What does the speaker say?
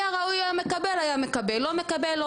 היה ראוי לקבל, היה מקבל, לא מראוי, לא מקבל.